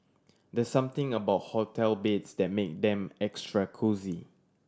there something about hotel beds that make them extra cosy